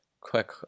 quick